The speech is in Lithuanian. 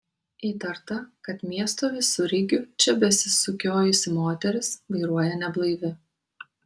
įtarta kad miesto visureigiu čia besisukiojusi moteris vairuoja neblaivi